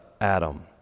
Adam